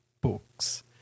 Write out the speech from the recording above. books